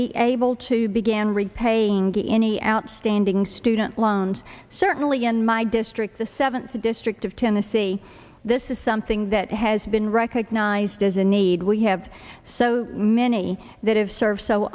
be able to began repaying any outstanding student loans certainly in my district the seventh district of tennessee this is something that has been recognized as a need we have so many that have served so